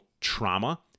trauma